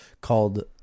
called